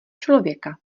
člověka